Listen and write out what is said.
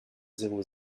zéro